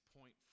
point